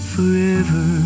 Forever